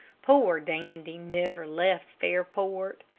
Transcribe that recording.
poor dandy never left fairport.